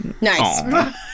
Nice